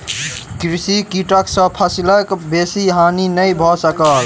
कृषि कीटक सॅ फसिलक बेसी हानि नै भ सकल